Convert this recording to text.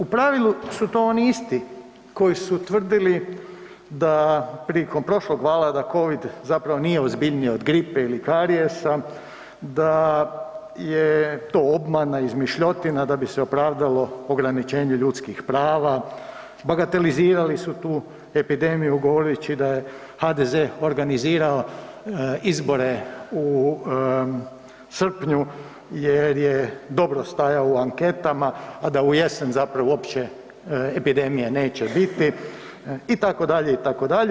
U pravilu su to oni isti koji su tvrdili da prilikom prošlog vala da covid zapravo nije ozbiljniji od gripe ili karijesa, da je to obmana, izmišljotina, da bi se opravdalo ograničenje ljudskih prava, bagatelizirali su tu epidemiju govoreći da je HDZ organizirao izbore u srpnju jer je dobro stajao u anketama, a da u jesen zapravo uopće epidemije neće biti, itd., itd.